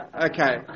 Okay